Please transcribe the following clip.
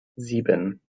sieben